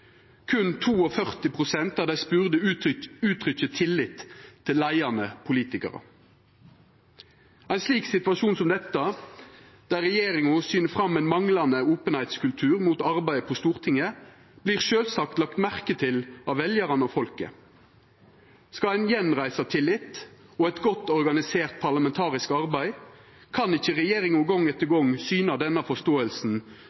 av dei spurde uttrykkjer tillit til leiande politikarar. Ein situasjon som dette, der regjeringa syner fram ein manglande openheitskultur mot arbeidet på Stortinget, vert sjølvsagt lagd merke til av veljarane og folket. Skal ein gjenreisa tillit og eit godt organisert parlamentarisk arbeid, kan ikkje regjeringa gong etter